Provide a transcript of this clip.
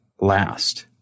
last